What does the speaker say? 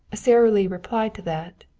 sara lee replied to that,